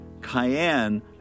cayenne